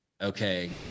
okay